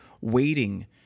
Waiting